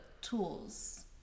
tools